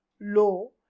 low